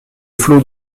flot